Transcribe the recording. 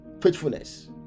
Faithfulness